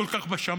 כל כך בשמיים,